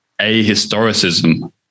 ahistoricism